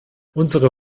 unsere